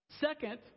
Second